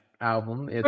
album